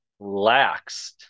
laxed